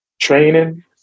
training